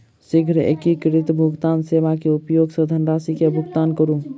शीघ्र एकीकृत भुगतान सेवा के उपयोग सॅ धनरशि के भुगतान करू